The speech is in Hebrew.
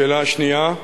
לשאלה השנייה,